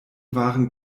waren